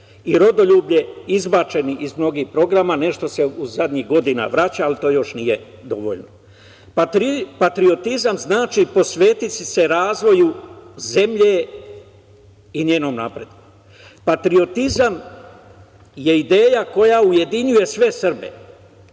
i rodoljublje izbačeni iz mnogih programa, nešto se u zadnjih godina vraća, ali to još nije dovoljno. Patriotizam znači posvetiti se razvoju zemlje i njenom napretku. Patriotizam je ideja koja ujedinjuje sve Srbe.